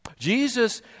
Jesus